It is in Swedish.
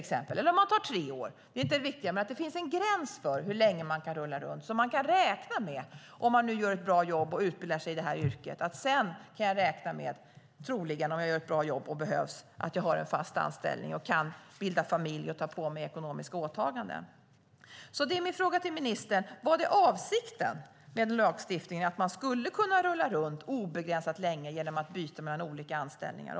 Det viktiga är inte antalet år utan att det finns en gräns för hur länge man kan rulla runt, så att man - om man utbildar sig i yrket och gör ett bra jobb - kan räkna med att sedan få en fast anställning, kunna bilda familj och ta på sig ekonomiska åtaganden. Därför vill jag fråga ministern: Var avsikten med lagstiftningen att man skulle kunna rulla runt under obegränsad tid genom att byta mellan olika anställningar?